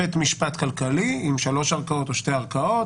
בית משפט כלכלי עם שלוש ערכאות או שתי ערכאות,